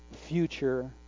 future